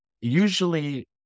Usually